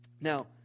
Now